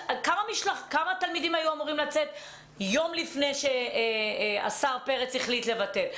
כמה תלמידים היו אמורים לצאת יום אחרי שהשר פרץ החליט לבטל?